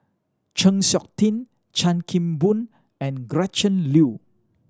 Chng Seok Tin Chan Kim Boon and Gretchen Liu